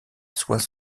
soie